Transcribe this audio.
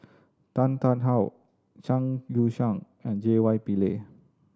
Tan Tarn How Zhang Youshuo and J Y Pillay